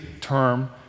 term